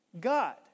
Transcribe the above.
God